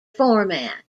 format